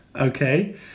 Okay